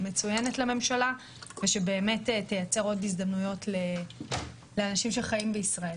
לממשלה ושבאמת תייצר עוד הזדמנויות לאנשים שחיים בישראל.